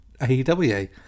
AEW